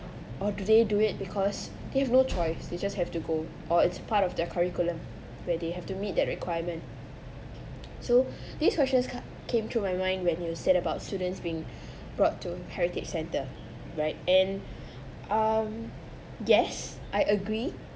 or do they do it because they have no choice they just have to go or it's part of their curriculum where they have to meet that requirement so these questions ca~ came to my mind when you said about students being brought to heritage centre right and um yes I agree